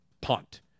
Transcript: punt